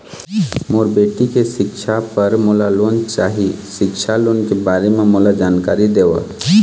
मोर बेटी के सिक्छा पर मोला लोन चाही सिक्छा लोन के बारे म मोला जानकारी देव?